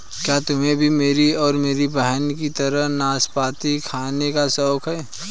क्या तुम्हे भी मेरी और मेरी बहन की तरह नाशपाती खाने का शौक है?